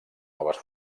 noves